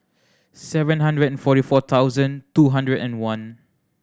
seven hundred and forty four thousand two hundred and one